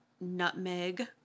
Nutmeg